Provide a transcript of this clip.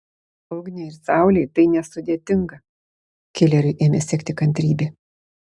ugniai ir saulei tai nesudėtinga kileriui ėmė sekti kantrybė